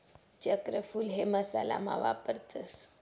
चक्रफूल हे मसाला मा वापरतस